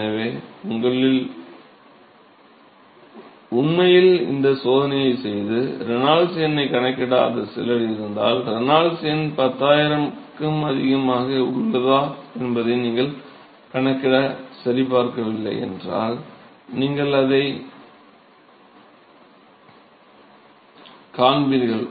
எனவே உங்களில் உண்மையில் இந்தச் சோதனையைச் செய்து ரெனால்ட்ஸ் எண்ணைக் கணக்கிடாத சிலர் இருந்தால் ரெனால்ட்ஸ் எண் 10000க்கு அதிகமாக உள்ளதா என்பதை நீங்கள் கணக்கிட்டுச் சரிபார்க்கவில்லை என்றால் நீங்கள் அதைக் காண்பீர்கள்